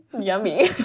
yummy